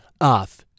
off